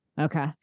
Okay